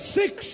six